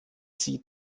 sie